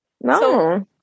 no